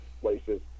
places